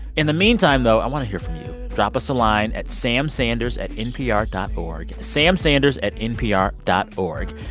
in the meantime though, i want to hear from you. drop us a line at samsanders at npr dot o r g samsanders at npr dot o r g.